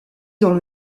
dans